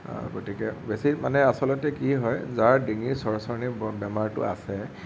গতিকে বেছি মানে আচলতে কি হয় যাৰ ডিঙিৰ চৰচৰনি বেমাৰটো আছে